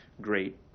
great